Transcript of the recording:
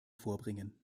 vorbringen